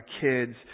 kids